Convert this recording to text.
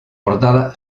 portada